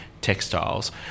textiles